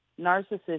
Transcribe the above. narcissist